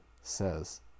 says